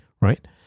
Right